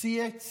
צייץ